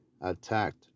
attacked